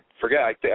forget